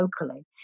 locally